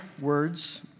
words